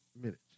minutes